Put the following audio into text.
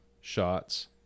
shots